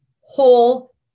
whole